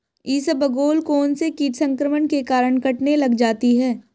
इसबगोल कौनसे कीट संक्रमण के कारण कटने लग जाती है?